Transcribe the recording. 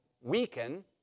weaken